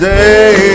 day